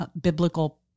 biblical